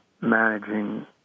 managing